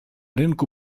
rynku